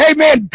Amen